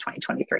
2023